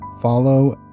follow